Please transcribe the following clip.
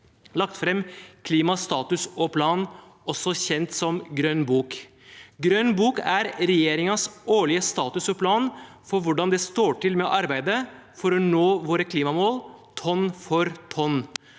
lagt fram klimastatus og -plan, kjent som Grønn bok. Grønn bok er regjeringens årlige status og plan for hvordan det står til med arbeidet for å nå våre klimamål, tonn for tonn.